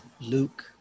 Luke